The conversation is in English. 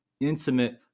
intimate